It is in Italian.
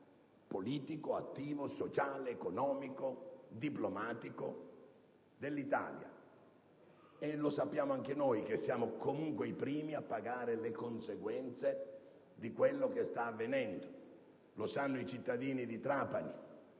politico, attivo, sociale, economico e diplomatico dell'Italia. E lo sappiamo anche noi che siamo comunque i primi a pagare le conseguenze di ciò che sta avvenendo. Lo sanno i cittadini di Trapani,